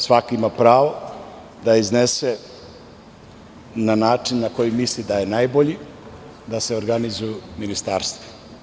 Svako ima pravo da iznese na način na koji misli da je najbolji da se organizuju ministarstva.